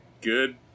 Good